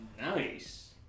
Nice